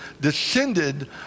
descended